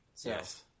Yes